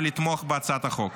ולתמוך בהצעת החוק.